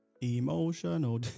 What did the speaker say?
Emotional